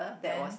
then